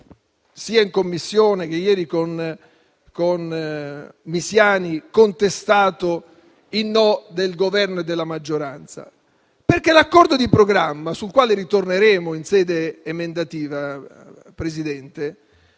sia in Commissione che ieri con Misiani, abbiamo contestato il no del Governo e della maggioranza? L'accordo di programma, sul quale ritorneremo in sede emendativa, Presidente,